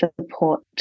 support